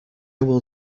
will